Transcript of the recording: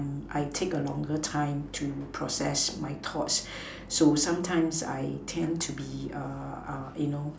I take a longer time to process my thoughts so sometimes I tend to be err err you know